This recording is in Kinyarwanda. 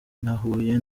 nahuye